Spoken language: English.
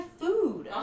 food